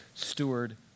Steward